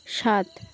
সাত